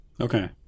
Okay